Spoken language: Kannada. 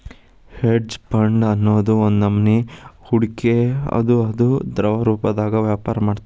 ಹೆಡ್ಜ್ ಫಂಡ್ ಅನ್ನೊದ್ ಒಂದ್ನಮನಿ ಹೂಡ್ಕಿ ಅದ ಅದು ದ್ರವರೂಪ್ದಾಗ ವ್ಯಾಪರ ಮಾಡ್ತದ